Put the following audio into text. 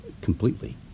completely